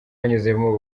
banyuzemo